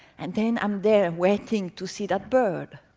and then, i'm there, waiting to see that bird,